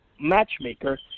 matchmaker